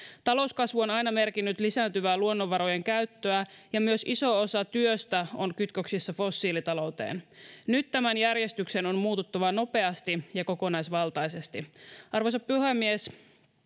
talouskasvu on on aina merkinnyt lisääntyvää luonnonvarojen käyttöä ja myös iso osa työstä on kytköksissä fossiilitalouteen nyt tämän järjestyksen on muututtava nopeasti ja kokonaisvaltaisesti arvoisa puhemies